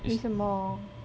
为什么